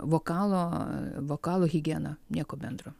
vokalo vokalo higiena nieko bendro